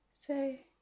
Say